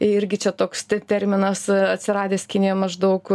irgi čia toks terminas atsiradęs kinijoj maždaug